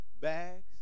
bags